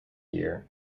year